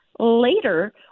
Later